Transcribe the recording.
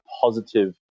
positive